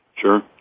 Sure